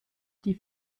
die